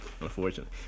Unfortunately